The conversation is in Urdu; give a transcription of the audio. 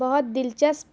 بہت دلچسپ